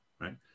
right